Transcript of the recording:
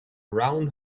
round